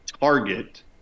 target